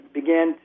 began